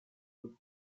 the